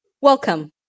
Welcome